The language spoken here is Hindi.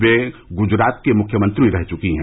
वह गुजरात की मुख्यमंत्री रह चुकी है